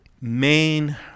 main